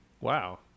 Wow